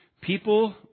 People